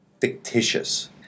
fictitious